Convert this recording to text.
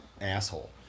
asshole